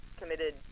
committed